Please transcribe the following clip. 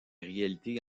réalités